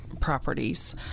properties